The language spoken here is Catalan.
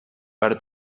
per